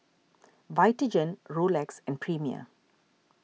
Vitagen Rolex and Premier